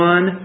One